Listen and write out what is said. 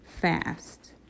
fast